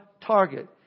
target